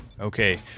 Okay